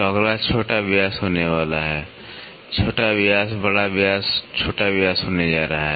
तो अगला छोटा व्यास होने वाला है छोटा व्यास बड़ा व्यास छोटा व्यास होने जा रहा है